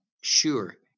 sure